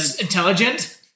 intelligent